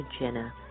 jenna